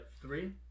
Three